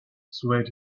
swayed